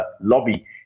lobby